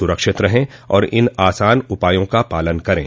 सुरक्षित रहें और इन आसान उपायों का पालन करें